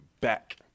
back